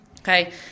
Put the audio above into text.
Okay